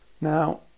now